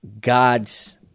God's